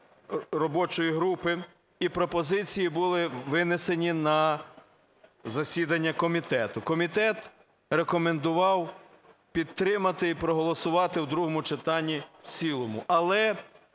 робочої групи. І пропозиції були винесені на засідання комітету. Комітет рекомендував підтримати і проголосувати у другому читанні і в цілому.